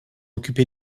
occupés